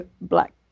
Black